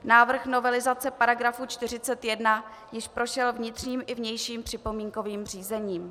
Návrh novelizace § 41 již prošel vnitřním i vnějším připomínkovým řízením.